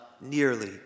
nearly